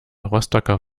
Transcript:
rostocker